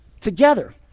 together